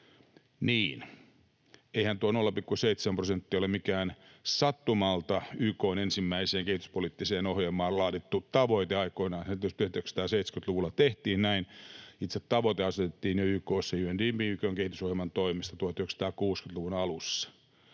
Niin, eihän tuo 0,7 prosenttia ole mikään sattumalta YK:n ensimmäiseen kehityspoliittiseen ohjelmaan aikoinaan laadittu tavoite — 1970‑luvulla tehtiin näin — vaan itse tavoite asetettiin jo YK:ssa UNDP-kehitysohjelman toimesta 1960-luvun alussa.